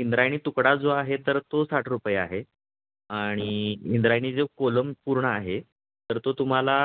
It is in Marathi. इंद्रायणी तुकडा जो आहे तर तो साठ रुपये आहे आणि इंद्रायणी जो कोलम पूर्ण आहे तर तो तुम्हाला